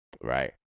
Right